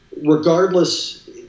regardless